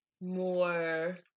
more